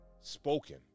spoken